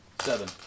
Seven